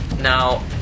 Now